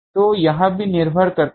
तो यह भी निर्भर करता है